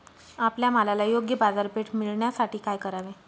आपल्या मालाला योग्य बाजारपेठ मिळण्यासाठी काय करावे?